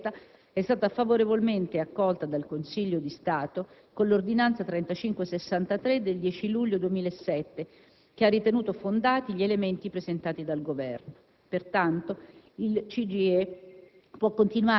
Tale richiesta è stata favorevolmente accolta dal Consiglio di Stato con l'ordinanza 3563 del 10 luglio 2007, che ha ritenuto fondati gli elementi presentati dal Governo. Pertanto, il CGIE